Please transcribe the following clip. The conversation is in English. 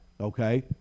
Okay